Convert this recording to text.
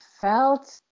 felt